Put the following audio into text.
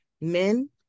men